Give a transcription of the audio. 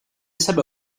sebe